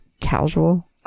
casual